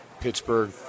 Pittsburgh